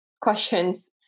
questions